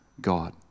God